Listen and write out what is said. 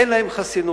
אין להם חסינות.